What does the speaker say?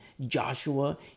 Joshua